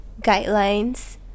Guidelines